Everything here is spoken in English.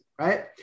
right